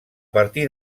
partir